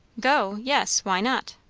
go? yes. why not?